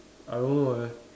I don't know leh